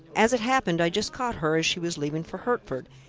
as it happened, i just caught her as she was leaving for hertford,